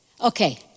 okay